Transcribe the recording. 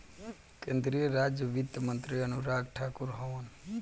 केंद्रीय राज वित्त मंत्री अनुराग ठाकुर हवन